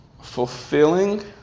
fulfilling